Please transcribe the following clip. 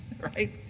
Right